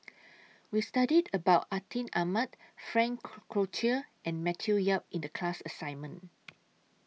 We studied about Atin Amat Frank Cloutier and Matthew Yap in The class assignment